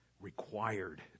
required